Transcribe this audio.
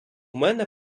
мене